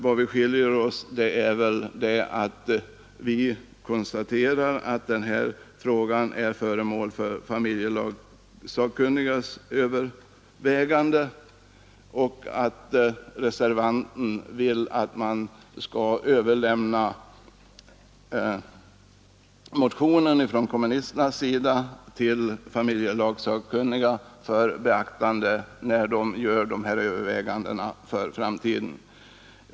Men vi skiljer oss så till vida att vi endast konstaterar att frågan är föremål för familjela, kkunnigas övervägande, medan reservanten vill att den kommunistiska motionen skall överlämnas till familjelagssakkunniga för beaktande när de gör sina överväganden för framtiden.